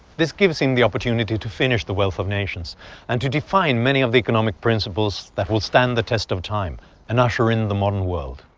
this gives him the opportunity to finish the wealth of nations and to define many of the economic principles that will stand the test of time and usher in the modern world.